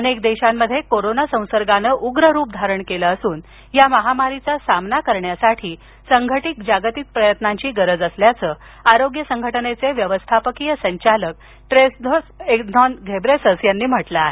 अनेक देशांमध्ये कोरोना संसर्गानं उग्र रूप धारण केलं असून या महामारीचा सामना करण्यासाठी संघटित जागतिक प्रयत्नांची गरज असल्याचं आरोग्य संघटनेचे व्यवस्थापकीय संचालक टेड्रोस ऍधनॉम घेब्रेसस यांनी म्हटलं आहे